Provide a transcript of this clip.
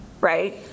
right